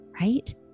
right